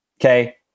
okay